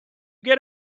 get